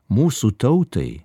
mūsų tautai